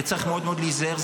וצריך מאוד מאוד להיזהר.